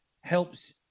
helps